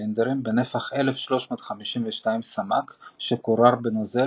ארבע-צילינדרים בנפח 1,352 סמ"ק שקורר בנוזל